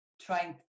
trying